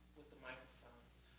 with the microphones.